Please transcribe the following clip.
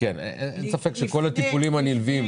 כל הטיפולים הנלווים,